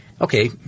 okay